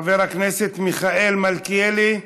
חבר הכנסת מיכאל מלכיאלי,